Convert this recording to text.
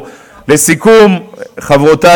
ויש חברי